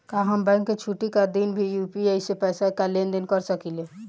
का हम बैंक के छुट्टी का दिन भी यू.पी.आई से पैसे का लेनदेन कर सकीले?